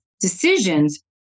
decisions